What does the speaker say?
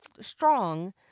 strong